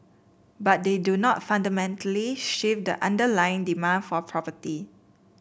but they do not fundamentally shift the underlying demand for property